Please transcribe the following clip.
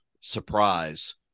surprise